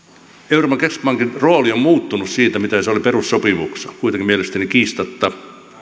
euroopan keskuspankin rooli on muuttunut siitä mitä se oli perussopimuksessa kuitenkin mielestäni kiistatta